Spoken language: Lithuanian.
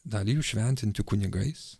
dalį jų šventinti kunigais